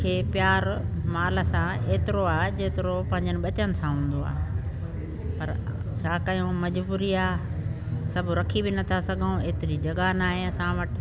खे प्यार माल सां एतिरो आहे जेतिरो पंहिंजनि ॿचनि सां हूंदो आहे पर छा कयूं मजबूरी झे सभु रखी बि नथा सघूं एतिरी जॻहि न आहे असां वटि